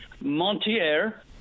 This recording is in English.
Montier